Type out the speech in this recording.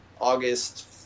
August